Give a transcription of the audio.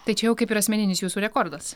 tai čia jau kaip ir asmeninis jūsų rekordas